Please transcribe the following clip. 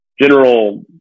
general